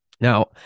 Now